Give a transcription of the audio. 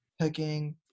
picking